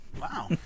Wow